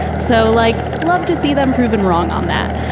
so like love to see them proven wrong on that.